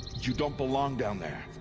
you don't belong down there.